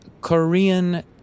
korean